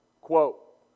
quote